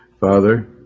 Father